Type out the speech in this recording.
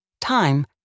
time